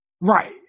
Right